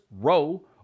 row